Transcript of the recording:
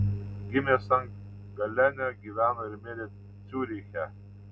gimė sankt galene gyveno ir mirė ciuriche